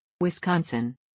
Wisconsin